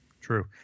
true